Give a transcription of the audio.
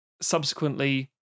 subsequently